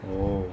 oh